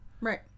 Right